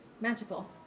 magical